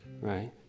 right